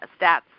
stats